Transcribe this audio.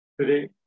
Today